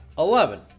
Eleven